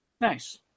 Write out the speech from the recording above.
nice